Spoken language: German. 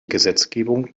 gesetzgebung